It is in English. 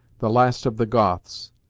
the last of the goths,